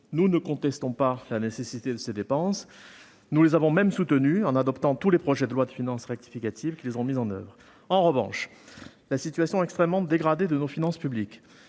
Nous ne contestons pas la nécessité de ces dépenses. Nous les avons même soutenues, en adoptant tous les projets de loi de finances rectificative qui les ont mises en oeuvre. En revanche, la situation extrêmement dégradée de nos finances publiques-